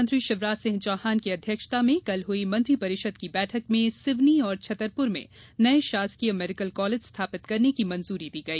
मुख्यमंत्री शिवराज सिंह चौहान की अध्यक्षता में कल हुई मंत्रि परिषद की बैठक में सिवनी और छतरपुर में नये शासकीय मेडिकल कॉलेज स्थापित करने की मंजूरी दी गई